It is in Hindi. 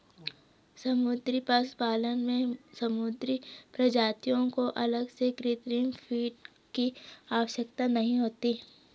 समुद्री पशुपालन में समुद्री प्रजातियों को अलग से कृत्रिम फ़ीड की आवश्यकता नहीं होती